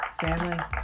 family